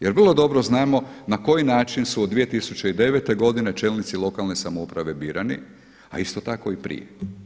Jer vrlo dobro znamo na koji način su od 2009. godine čelnici lokalne samouprave birani, a isto tako i prije.